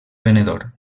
venedor